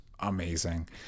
Amazing